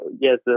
yes